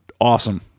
awesome